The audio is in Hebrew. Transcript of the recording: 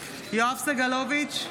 יואב סגלוביץ'